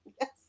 Yes